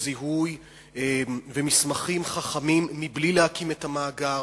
זיהוי ומסמכים חכמים בלי להקים את המאגר,